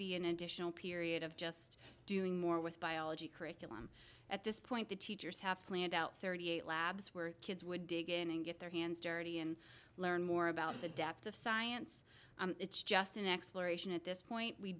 be an additional period of just doing more with biology curriculum at this point the teachers have cleared out thirty eight labs where kids would dig in and get their hands dirty and learn more about the depth of science it's just an exploration at this point we